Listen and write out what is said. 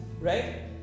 right